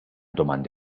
domandi